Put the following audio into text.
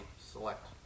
select